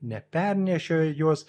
nepernešė jos